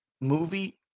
movie